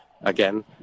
again